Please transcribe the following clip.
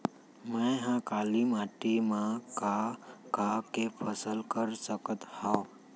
मै ह काली माटी मा का का के फसल कर सकत हव?